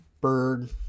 bird